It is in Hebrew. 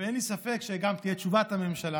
ואין לי ספק שתשובת הממשלה